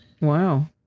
Wow